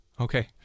Okay